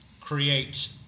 create